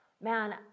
man